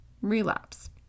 Relapse